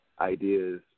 ideas